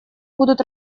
будут